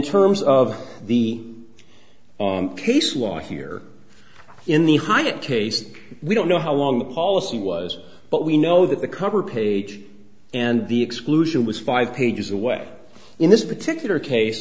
terms of the case why here in the hyatt case we don't know how long the policy was but we know that the cover page and the exclusion was five pages away in this particular case